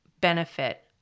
benefit